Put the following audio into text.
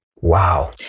Wow